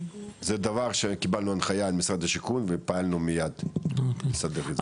זה דבר שקיבלנו הנחייה ממשרד השיכון ופעלנו מייד לסדר את זה.